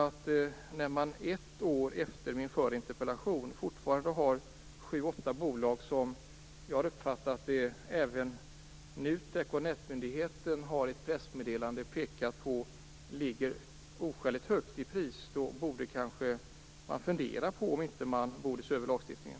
Ett år efter min förra interpellation finns det fortfarande 7-8 företag som ligger oskäligt högt i pris; jag har uppfattat att även NUTEK och nätmyndigheten i ett pressmeddelande har pekat på det. Då borde man kanske fundera över om man inte skall se över lagstiftningen.